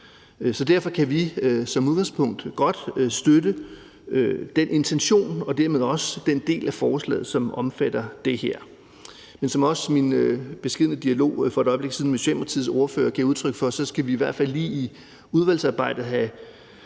Derfor kan vi som udgangspunkt godt støtte den intention og dermed også den del af forslaget, som omfatter det her. Men som også den beskedne dialog, jeg for et øjeblik siden havde med Socialdemokratiets ordfører, gav udtryk for, skal vi i hvert fald lige i udvalgsarbejdet have